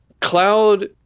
cloud